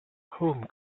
home